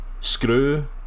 Screw